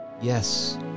yes